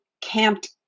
camped